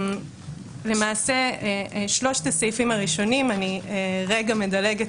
למעשה שלושת הסעיפים הראשונים אני רגע מדלגת